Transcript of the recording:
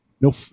no